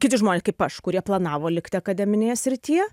kiti žmonės kaip aš kurie planavo likti akademinėje srityje